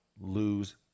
lose